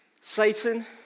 Satan